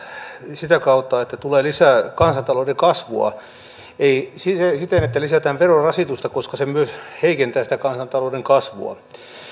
sitä kautta että tulee lisää kansantalouden kasvua ei siten että lisätään verorasitusta koska se myös heikentää sitä kansantalouden kasvua